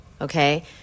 Okay